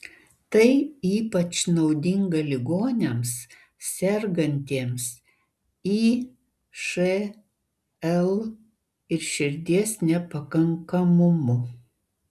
tai ypač naudinga ligoniams sergantiems išl ir širdies nepakankamumu